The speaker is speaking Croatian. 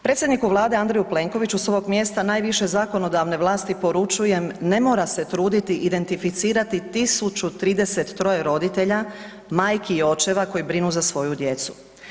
Predsjedniku Vlade Andreju Plenkoviću s ovog mjesta najviše zakonodavne vlasti poručujem ne mora se truditi identificirati 1.033 roditelja, majki i očeva koji brinu za svoju djecu.